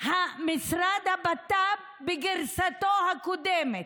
משרד הבט"פ, בגרסתו הקודמת,